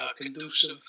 conducive